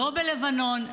לא בלבנון,